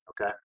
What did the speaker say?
okay